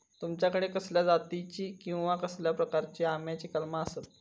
तुमच्याकडे कसल्या जातीची किवा कसल्या प्रकाराची आम्याची कलमा आसत?